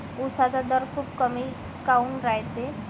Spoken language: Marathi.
उसाचा दर खूप कमी काऊन रायते?